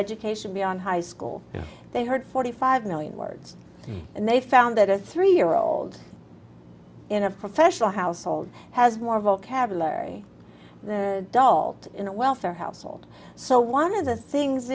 education beyond high school they heard forty five million words and they found that a three year old in a professional household has more vocabulary dulled in a welfare household so one of the things